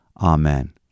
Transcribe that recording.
Amen